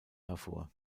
hervor